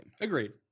Agreed